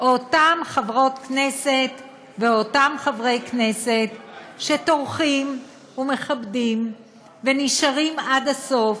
אותן חברות כנסת ואותם חברי כנסת שטורחים ומכבדים ונשארים עד הסוף